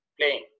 playing